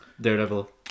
daredevil